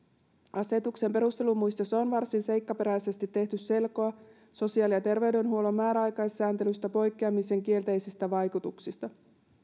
asetuksen perustelumuistiossa on varsin seikkaperäisesti tehty selkoa sosiaali ja terveydenhuollon määräaikaissääntelystä poikkeamisen kielteisistä vaikutuksista